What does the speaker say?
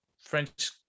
French